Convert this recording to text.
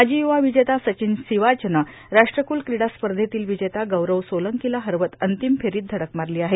माजी युवा र्यावजेता सचीन सीवाचनं राष्ट्रकुल क्रीडा स्पधतील र्वजेता गौरव सोलंकांला हरवत अंतिम फेरोंत धडक मारलो आहे